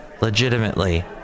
legitimately